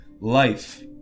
life